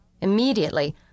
Immediately